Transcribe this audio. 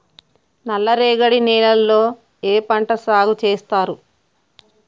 నల్లరేగడి నేలల్లో ఏ పంట సాగు చేస్తారు?